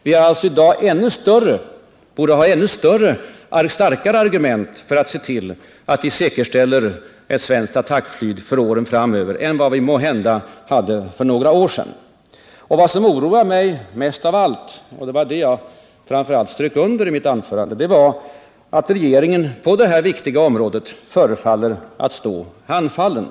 Vi borde alltså i dag ha ännu starkare argument för att se till att vi säkerställer ett svenskt attackflyg för åren framöver än vi måhända hade för några år sedan. Vad som oroar mig mest av allt — och det var det jag framför allt strök under i mitt förra anförande — är att regeringen på det här viktiga området förefaller stå handfallen.